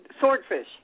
Swordfish